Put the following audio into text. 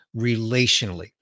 relationally